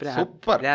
Super